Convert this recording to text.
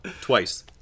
twice